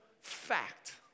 fact